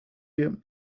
wir